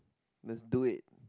let's do it